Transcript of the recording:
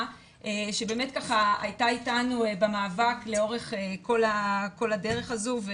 שבאמת ככה היתה אתנו במאבק לאורך כל הדרך הזו,